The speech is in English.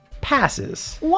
passes